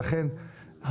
לכן,